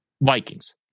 Vikings